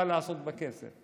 מה לעשות בכסף.